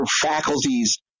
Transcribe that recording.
faculties